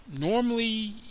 normally